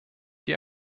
die